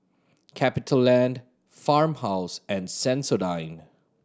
CapitaLand Farmhouse and Sensodyne